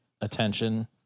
attention